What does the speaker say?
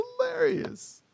hilarious